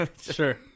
sure